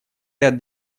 ряд